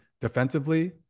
defensively